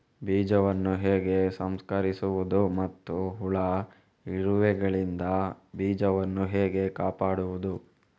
ಬೀಜವನ್ನು ಹೇಗೆ ಸಂಸ್ಕರಿಸುವುದು ಮತ್ತು ಹುಳ, ಇರುವೆಗಳಿಂದ ಬೀಜವನ್ನು ಹೇಗೆ ಕಾಪಾಡುವುದು?